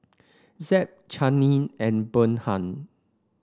Zeb Channing and Bernhard